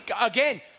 again